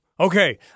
Okay